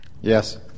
Yes